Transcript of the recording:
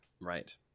Right